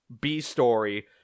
B-story